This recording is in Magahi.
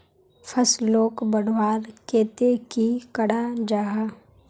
फसलोक बढ़वार केते की करा जाहा?